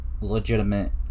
legitimate